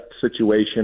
situation